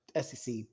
SEC